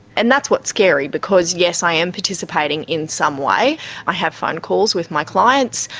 and that's what's scary because yes, i am participating in some way i have phone calls with my clients,